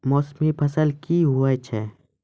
मौसमी फसल क्या हैं?